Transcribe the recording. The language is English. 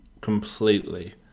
completely